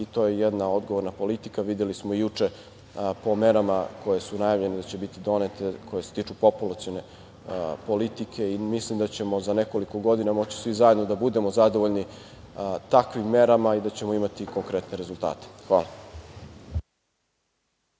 i to je jedna odgovorna politika. Videli smo juče po merama koje su najavljene da će biti donete, koje se tiču populacione politike i mislim da ćemo za nekoliko godina moći svi zajedno da budemo zadovoljni takvim merama i da ćemo imati konkretne rezultate. Hvala.